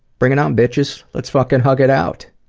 bring it on bitches. let's like and hug it out'.